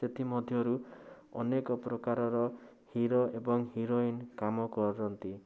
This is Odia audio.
ସେଥିମଧ୍ୟରୁ ଅନେକ ପ୍ରକାରର ହିରୋ ଏବଂ ହିରୋଇନ୍ କାମ କରନ୍ତି